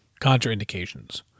Contraindications